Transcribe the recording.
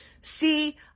See